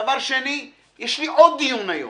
דבר שני, יש לי עוד דיון היום.